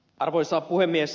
arvoisa puhemies